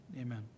Amen